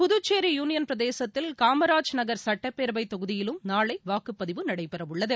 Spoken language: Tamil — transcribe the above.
புதுச்சேரி யூனியன் பிரதேசத்தில் காமராஜ் நகர் சட்டப்பேரவைதொகுதியிலும் நாளைவாக்குப்பதிவு நடைபெறவுள்ளது